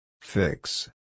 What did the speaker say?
Fix